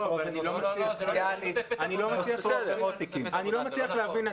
אני לא מצליח להבין.